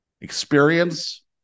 experience